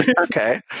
okay